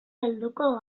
helduko